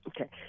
Okay